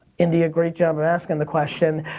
india, great job of asking the question.